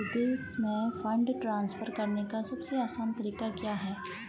विदेश में fund transfer करने का सबसे आसान तरीका क्या है?